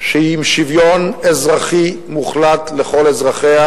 שהיא עם שוויון אזרחי מוחלט לכל אזרחיה,